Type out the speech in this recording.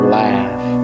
laugh